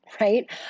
right